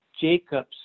Jacob's